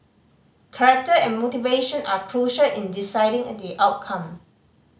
character and motivation are crucial in deciding the outcome